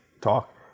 talk